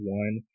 one